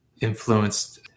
influenced